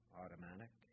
automatic